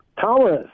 Thomas